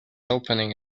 opening